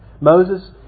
Moses